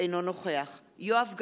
אינו נוכח יואב גלנט,